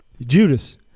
Judas